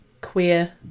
queer